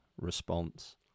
response